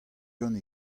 gant